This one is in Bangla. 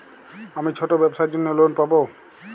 আমি ছোট ব্যবসার জন্য লোন পাব?